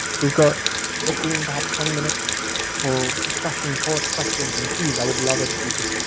we've got fifteen, perhaps, twenty minutes for discussion, court questions. and please i would love it if you just